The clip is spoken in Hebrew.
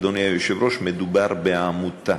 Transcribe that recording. אדוני היושב-ראש, מדובר בעמותה,